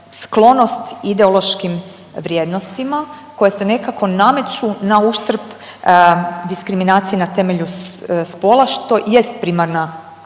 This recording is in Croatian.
sklonost ideološkim vrijednostima koje se nekako nameću na uštrb diskriminacije na temelju spola što jest primarna